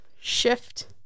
shift